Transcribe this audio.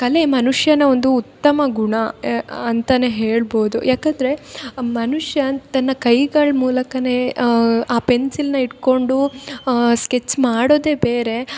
ಕಲೆ ಮನುಷ್ಯನ ಒಂದು ಉತ್ತಮ ಗುಣ ಅಂತಾ ಹೇಳ್ಬೌದು ಯಾಕಂದರೆ ಮನುಷ್ಯ ತನ್ನ ಕೈಗಳ ಮೂಲಕ ಆ ಪೆನ್ಸಿಲ್ನ ಇಟ್ಕೊಂಡು ಸ್ಕೆಚ್ ಮಾಡೋದೆ ಬೇರೆ